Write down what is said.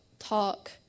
talk